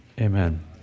amen